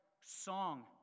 song